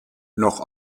noch